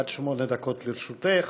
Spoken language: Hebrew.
עד שמונה דקות לרשותך.